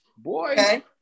Boy